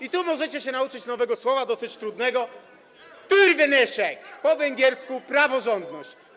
I tu możecie się nauczyć nowego słowa, dosyć trudnego: törvenyesség, po węgiersku praworządność.